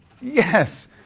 Yes